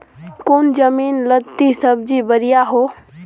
कौन जमीन लत्ती सब्जी बढ़िया हों?